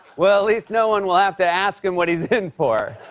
well, at least no one will have to ask him what he's in for.